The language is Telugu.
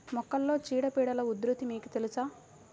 మొక్కలలో చీడపీడల ఉధృతి మీకు తెలుసా?